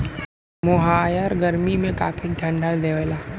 मोहायर गरमी में काफी ठंडा देवला